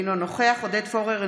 אינו נוכח עודד פורר,